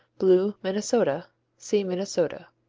blue, minnesota see minnesota.